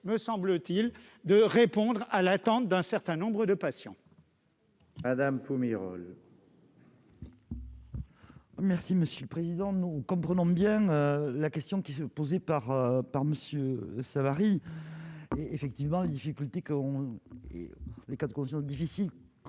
me semble-t-il, de répondre à l'attente d'un certain nombre de patients. Fournir. Merci monsieur le président, nous comprenons bien la question qui se posait par par Monsieur Savary et effectivement les difficultés qu'on est les 4 conditions difficiles